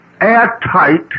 airtight